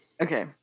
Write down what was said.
Okay